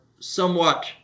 somewhat